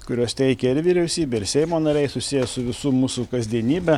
kuriuos teikia ir vyriausybė ir seimo nariai susiję su visų mūsų kasdienybe